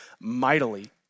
mightily